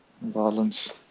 Violence